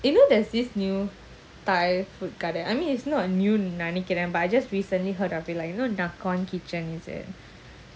you know there's this new thai food கடை:kadai I mean it's not new நெனைக்கிறேன்:nenaikren but I just recently heard of it like you know nakhon kitchen is it